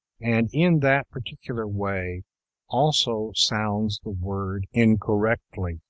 and in that particular way also sounds the word incorrectly.